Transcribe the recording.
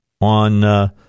on